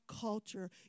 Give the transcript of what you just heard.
culture